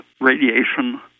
radiation